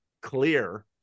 clear